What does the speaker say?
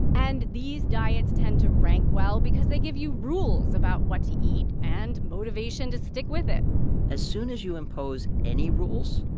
and these diets tend to rank well because they give you rules about what to eat and motivation to stick with it as soon as you impose any rules,